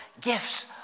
gifts